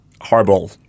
horrible